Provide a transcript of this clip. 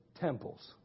temples